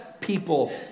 people